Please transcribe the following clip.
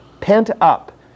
pent-up